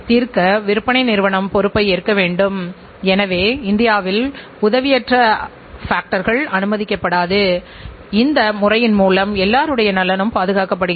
எனவே மொபைல் தொலைபேசி நிறுவனங்களில் இப்போது இந்தியாவில் எந்த நிறுவனம் சிறந்த இணைய சேவைகளை வழங்குகிறது